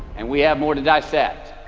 and we have more to dissect